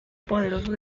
poderoso